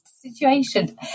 situation